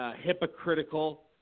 hypocritical